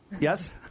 Yes